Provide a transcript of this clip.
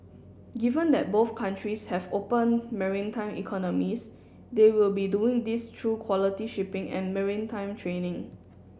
given that both countries have open maritime economies they will be doing this through quality shipping and maritime training